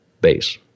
base